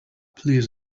please